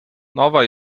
nova